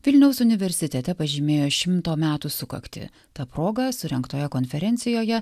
vilniaus universitete pažymėjo šimto metų sukaktį ta proga surengtoje konferencijoje